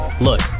Look